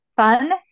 Fun